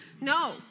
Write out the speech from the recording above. No